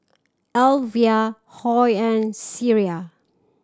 Elvia Hoy and Cierra